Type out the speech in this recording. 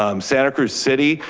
um santa cruz city,